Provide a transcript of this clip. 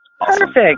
Perfect